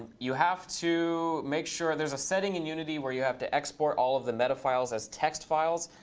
you have to make sure there's a setting in unity where you have to export all of the metafiles as text files.